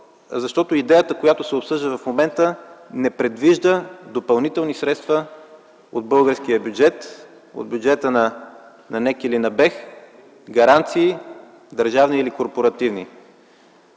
защото идеята, която се обсъжда в момента, не предвижда допълнителни средства от българския бюджет, от бюджета на НЕК или на БЕХ, гаранции – държавни или корпоративни.